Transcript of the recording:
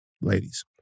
ladies